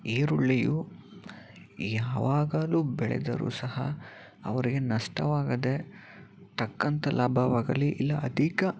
ಈರುಳ್ಳಿಯು ಯಾವಾಗಲೂ ಬೆಳೆದರೂ ಸಹ ಅವರಿಗೆ ನಷ್ಟವಾಗದೇ ತಕ್ಕಂಥ ಲಾಭವಾಗಲಿ ಇಲ್ಲ ಅಧಿಕ